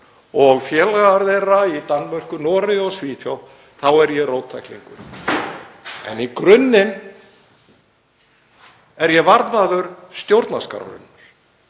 og félagar þess í Danmörku, Noregi og Svíþjóð þá er ég róttæklingur, en í grunninn er ég varðmaður stjórnarskrárinnar